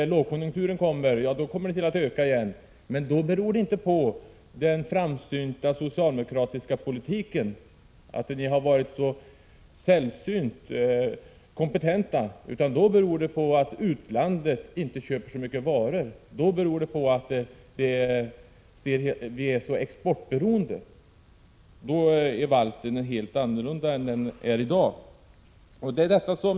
När lågkonjunkturen kommer blir det en ökning, men då talas det inte om den framsynta socialdemokratiska politiken, om att socialdemokraterna har varit så sällsynt kompetenta, utan då talas det om att utlandet inte köper så mycket varor, då hänger det ihop med att vi är så exportberoende. Då är valsen en helt annan än i dag.